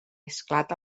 esclata